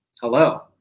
Hello